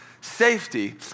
safety